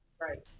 Right